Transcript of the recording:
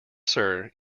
sir